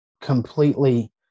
completely